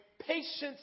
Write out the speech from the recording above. patience